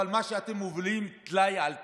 אבל מה שאתם מובילים, טלאי על טלאי,